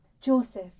Joseph